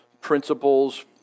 principles